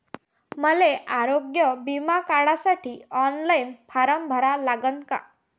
मले आरोग्य बिमा काढासाठी ऑनलाईन फारम भरा लागन का?